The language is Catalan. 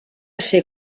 ser